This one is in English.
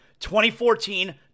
2014